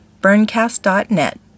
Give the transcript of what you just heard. burncast.net